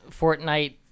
Fortnite